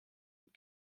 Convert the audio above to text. und